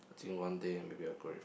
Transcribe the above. I think one day maybe I will go